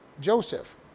Joseph